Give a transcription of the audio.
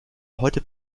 heute